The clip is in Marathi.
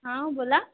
हा बोला